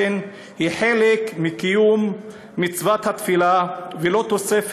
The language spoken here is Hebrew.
ובעולם הבא צפוי להם עונש כבד".) ומי עושק